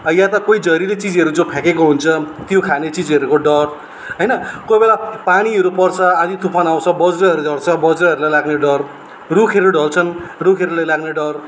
या त कोही जहरली चिजहरू जो फ्याँकेको हुन्छ त्यो खाने चिजहरूको डर होइन कोही बेला पानीहरू पर्छ आँधी तुफानहरू आउँछ बज्रीहरू झर्छ बज्रहरूलाई लाग्ने डर रुखहरू ढल्छन् रुखहरूलाई लाग्ने डर